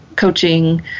coaching